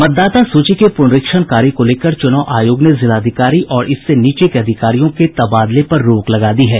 मतदाता सूची के पुनरीक्षण कार्य को लेकर चुनाव आयोग ने जिलाधिकारी और इससे नीचे के अधिकारियों के तबादले पर रोक लगा दी है